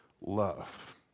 love